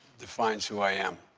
defines who i am.